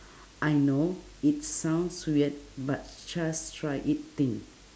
I know it sounds weird but just try it thing